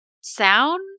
sound